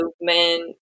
movement